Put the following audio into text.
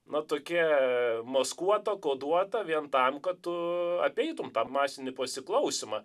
na tokia maskuota koduota vien tam kad tu apeitum tą masinį pasiklausymą